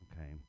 Okay